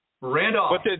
Randolph